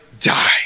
die